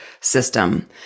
system